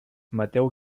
mateu